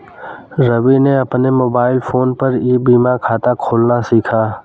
रवि ने अपने mobile phone पर ई बीमा खाता खोलना सीखा